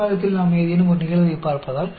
इसे कोई स्मृति नहीं मिली है